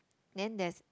then there's